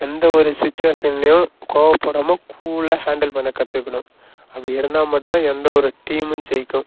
எந்த ஒரு சிச்சுவேஷன்லயும் கோவப்படாமல் கூலாக ஹேண்டில் பண்ண கற்றுக்கணும் அப்படி இருந்தால் மட்டுந்தான் எந்த ஒரு டீமும் ஜெயிக்கும்